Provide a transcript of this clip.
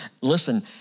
Listen